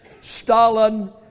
Stalin